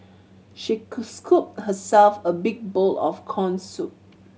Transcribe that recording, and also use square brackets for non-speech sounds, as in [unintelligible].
she [unintelligible] scooped herself a big bowl of corn soup